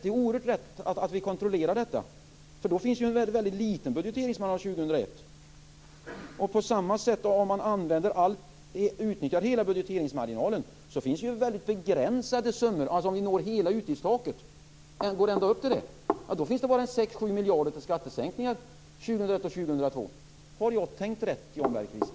Det är oerhört viktigt att vi kontrollerar detta. Då finns det en mycket liten budgeteringsmarginal år 2001. På samma sätt är det om man utnyttjar hela budgeteringsmarginalen. Då finns det mycket begränsade summor. Om vi går ända upp till utgiftstaket finns det bara 6-7 miljarder till skattesänkningar år 2001 och 2002. Har jag tänkt rätt, Jan